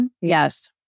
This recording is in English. Yes